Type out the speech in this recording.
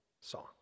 song